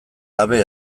gabe